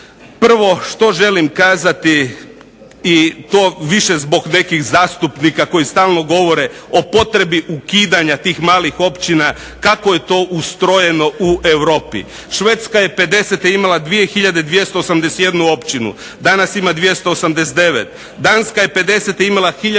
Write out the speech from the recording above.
Prvo što želim kazati i to više zbog nekih zastupnika koji stalno govore o potrebi ukidanja tih malih općina kako je to ustrojeno u Europi. Švedska je pedesete imala 2 hiljade 281 općinu. Danas ima 289. Danska je pedesete imala hiljadu